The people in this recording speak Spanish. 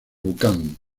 bután